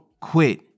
quit